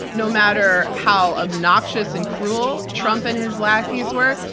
no matter how obnoxious and cruel trump and his lackeys were,